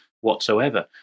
whatsoever